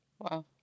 Wow